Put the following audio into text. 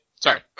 Sorry